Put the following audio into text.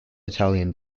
italian